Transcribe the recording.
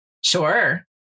Sure